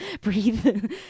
Breathe